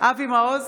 אבי מעוז,